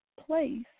place